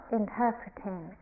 interpreting